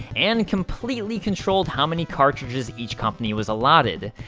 and completely controlled how many cartridges each company was allotted.